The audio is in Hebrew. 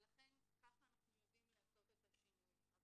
ולכן כך אנחנו יודעים לעשות את השינוי.